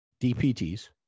DPTs